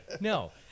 no